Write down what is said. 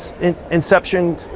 inception